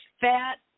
fat